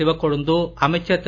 சிவக்கொழுந்து அமைச்சர் திரு